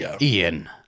Ian